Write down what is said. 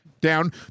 down